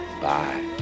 Bye